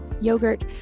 yogurt